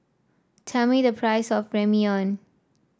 tell me the price of Ramyeon